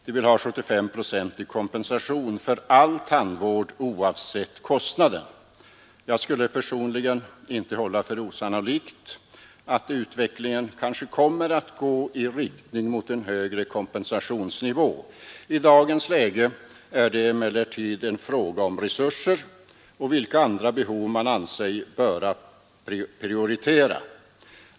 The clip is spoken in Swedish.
De vill ha 75 procents kompensation för all tandvård oavsett kostnaden. Jag skulle personligen inte hålla för osannolikt att utvecklingen kommer att gå i riktning mot en högre kompensationsnivå. I dagens läge är det emellertid en fråga om resurser och vilka andra behov man anser sig böra prioritera.